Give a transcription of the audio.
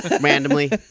randomly